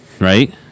right